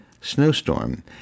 snowstorm